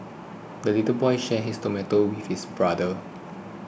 the little boy shared his tomato with brother